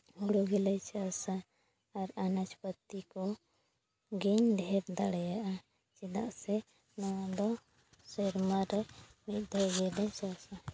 ᱦᱩᱲᱩ ᱜᱮᱞᱮ ᱪᱟᱥᱟ ᱟᱨ ᱟᱱᱟᱡᱽᱯᱟᱹᱛᱤ ᱠᱚ ᱜᱮᱢ ᱰᱷᱮᱨ ᱫᱟᱲᱮᱭᱟᱜᱼᱟ ᱪᱮᱫᱟᱜ ᱥᱮ ᱱᱚᱣᱟ ᱫᱚ ᱥᱮᱨᱢᱟ ᱨᱮ ᱢᱤᱫ ᱫᱷᱟᱹᱣ ᱜᱮᱞᱮ ᱪᱟᱥᱟ